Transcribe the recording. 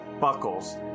buckles